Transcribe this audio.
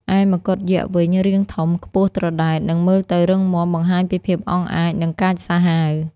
ឯមកុដយក្សវិញ រាងធំ ខ្ពស់ត្រដែត និងមើលទៅរឹងមាំ បង្ហាញពីភាពអង់អាច និងកាចសាហាវ។